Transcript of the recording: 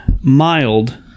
mild